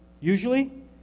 Usually